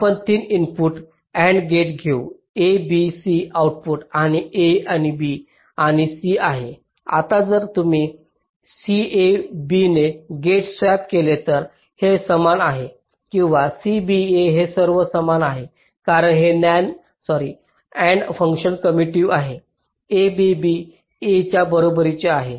आपण 3 input AND gate घेऊ A B C output A B आणि C आहे आता जर तुम्ही C A Bने गेट स्वॅप केले तर ते समान आहे किंवा C B A ते सर्व समान आहेत कारण हे AND फंक्शन कम्युटिव आहे A B B A च्या बरोबरीचे आहे